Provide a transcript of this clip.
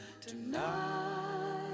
tonight